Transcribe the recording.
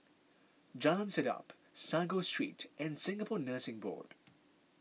Jalan Sedap Sago Street and Singapore Nursing Board